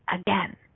again